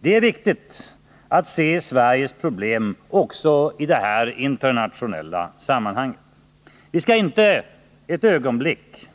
Det är viktigt att se Sveriges problem också i detta internationella sammanhang. Vi skall inte för ett ögonblick